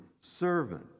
servant